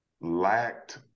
lacked